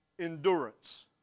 endurance